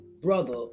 brother